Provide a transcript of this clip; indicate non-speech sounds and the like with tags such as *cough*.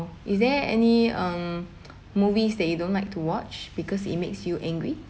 is there any um *noise* movies that you don't like to watch because it makes you angry